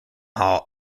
hall